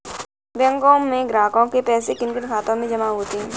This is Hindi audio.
बैंकों में ग्राहकों के पैसे किन किन खातों में जमा होते हैं?